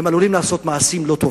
הם עלולים לעשות מעשים לא טובים.